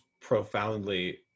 profoundly